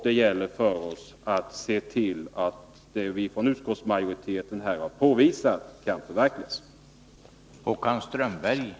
Det gäller för oss alla att se till att det som vi från utskottsmajoritetens sida har påvisat kan förverkligas genom regeringens åtgärder.